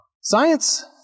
Science